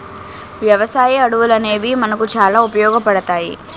వ్యవసాయ అడవులనేవి మనకు చాలా ఉపయోగపడతాయి